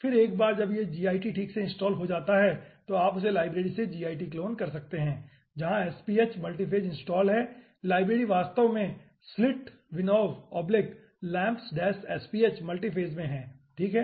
फिर एक बार जब यह git ठीक से इनस्टॉल हो जाता है तो आप उसे लाइब्रेरी से git clone कर सकते हैं जहां SPH मल्टीफ़ेज़ इनस्टॉल है लाइब्रेरी वास्तव में slitvinov laamps sph multiphase में है ठीक है